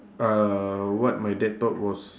uh what my dad taught was